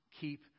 keep